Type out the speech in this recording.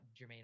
jermaine